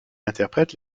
interprète